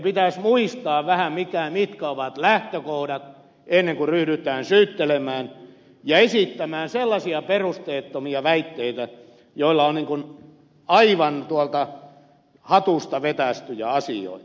pitäisi muistaa vähän mitkä ovat lähtökohdat ennen kuin ryhdytään syyttelemään ja esittämään sellaisia perusteettomia väitteitä jotka ovat aivan hatusta vetäistyjä asioita